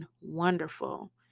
wonderful